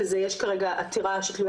בבג"צ בנוגע לניכויים,